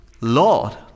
Lord